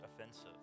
offensive